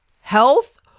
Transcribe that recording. health